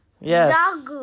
Yes